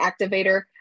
activator